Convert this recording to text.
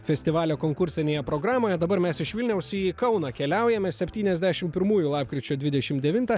festivalio konkursinėje programoje dabar mes iš vilniaus į kauną keliaujame septyniasdešim pirmųjų lapkričio dvidešim devintą